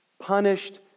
punished